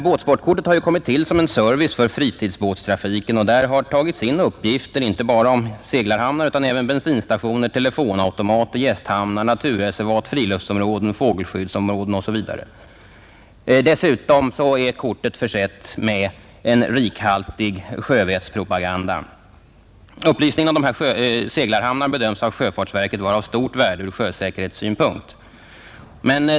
Båtsportkortet har kommit till som en service för fritidsbåtstrafiken, och där har tagits in uppgifter inte bara om seglarhamnar utan även om bensinstationer, telefonautomater, gästhamnar, naturreservat, friluftsområden, fågelskyddsområden osv. Dessutom är kortet försett med en rikhaltig sjövettspropaganda. Upplysningen om dessa seglarhamnar bedöms av sjöfartsverket vara av stort värde ur sjösäkerhetssynpunkt.